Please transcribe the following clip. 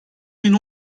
bin